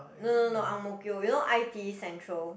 no no no no Ang-Mo-Kio you know i_t_e Central